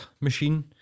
machine